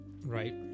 Right